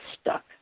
stuck